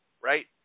right